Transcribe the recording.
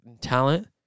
talent